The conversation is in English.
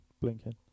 blinking